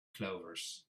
clovers